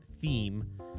theme